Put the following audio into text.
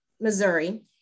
Missouri